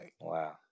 Wow